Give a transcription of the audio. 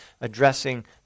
addressing